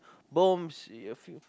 bombs in your